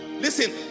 listen